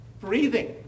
breathing